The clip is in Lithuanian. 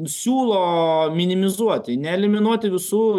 siūlo minimizuoti neeliminuoti visų